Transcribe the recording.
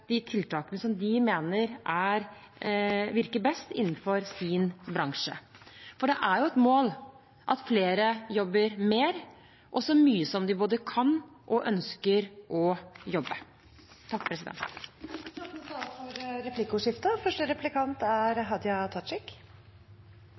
de tiltakene som de mener virker best innenfor sin bransje – for det er et mål at flere jobber mer, og så mye som de både kan og ønsker å jobbe. Det blir replikkordskifte. Statsråden refererte til mange gode forslag knytte til heiltid. Ei rekkje av dei er